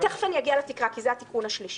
תיכף אגיע לתקרה, כי זה התיקון השלישי.